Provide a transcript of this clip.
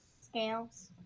scales